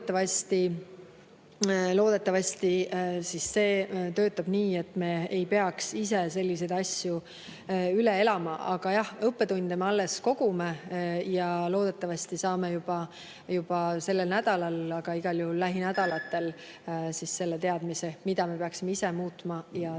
loodetavasti see töötab nii, et me ei peaks ise selliseid asju üle elama. Aga jah, õppetunde me alles kogume ja loodetavasti saame juba sellel nädalal, aga igal juhul lähinädalatel selle teadmise, mida me peaksime ise muutma ja täiendama.